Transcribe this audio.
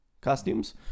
costumes